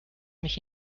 mich